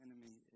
enemy